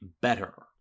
Better